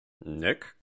Nick